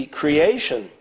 creation